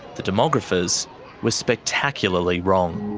the demographers were spectacularly wrong.